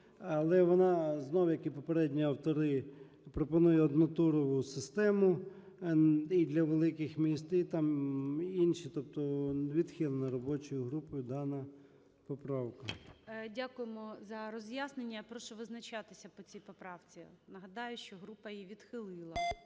Але вона знов, як і попередні автори, пропонує однотурову систему і для великих міст, і інші. Тобто відхилена робочою групою дана поправка. ГОЛОВУЮЧИЙ. Дякуємо за роз’яснення. Я прошу визначатися по цій поправці. Нагадаю, що група її відхилила.